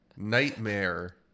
Nightmare